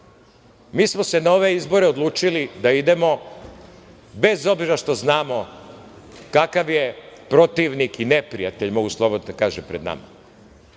smo se na ove izbore odlučili da idemo bez obzira što znamo kakav je protivnik i neprijatelj, mogu slobodno da kažem, pred nama.